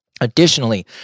Additionally